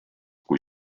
kui